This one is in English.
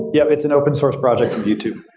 yup. it's an open source product youtube.